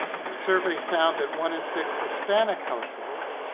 and the survey found that one in six hispanic households